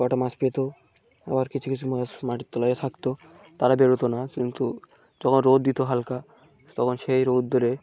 গটা মাছ পেতো আবার কিছু কিছু মাছ মাটির তলা থাকতো তারা বেরোতো না কিন্তু যখন রোদ দিত হালকা তখন সেই রোদ দিলে